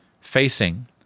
facing